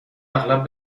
اغلب